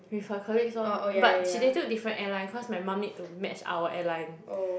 with her colleagues lor but she they took different airline cause my mum need to match our airline